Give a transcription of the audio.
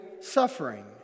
suffering